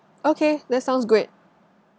okay that sounds great